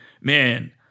man